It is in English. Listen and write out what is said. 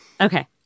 Okay